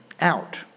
out